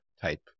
type